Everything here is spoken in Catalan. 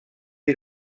les